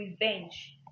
revenge